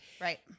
Right